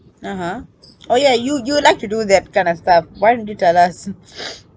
(uh huh) oh ya yo~ you like to do that kind of stuff why don't you tell us